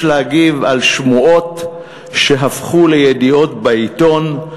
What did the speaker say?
להגיב על שמועות שהפכו לידיעות בעיתון,